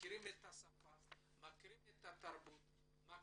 הם מכירים את התרבות והשפה,